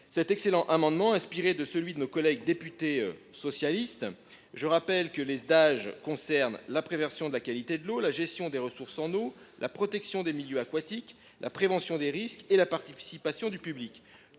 cet excellent amendement, inspiré de celui de nos collègues députés socialistes. Je rappelle que les Sdage concernent la prévention de la qualité de l’eau, la gestion des ressources en eau, la protection des milieux aquatiques, la prévention des risques et la participation du public.